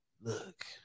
look